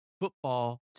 football